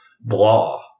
blah